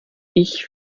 ich